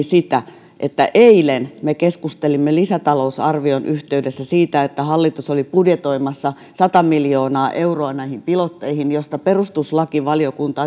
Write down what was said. sitä että eilen me keskustelimme lisätalousarvion yhteydessä siitä että hallitus oli budjetoimassa sata miljoonaa euroa näihin pilotteihin joista perustuslakivaliokunta